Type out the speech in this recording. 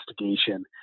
investigation